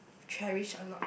cherish a lot